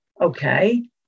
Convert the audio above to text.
okay